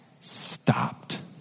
stopped